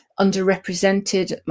underrepresented